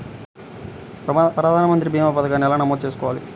ప్రధాన మంత్రి భీమా పతకాన్ని ఎలా నమోదు చేసుకోవాలి?